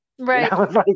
right